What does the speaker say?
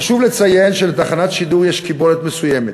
חשוב לציין שלתחנת שידור יש קיבולת מסוימת,